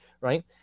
right